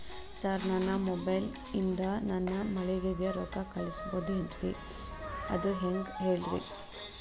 sir ನನ್ನ mobile ಇಂದ ನನ್ನ ಮಗಳಿಗೆ ರೊಕ್ಕಾ ಕಳಿಸಬಹುದೇನ್ರಿ ಅದು ಹೆಂಗ್ ಹೇಳ್ರಿ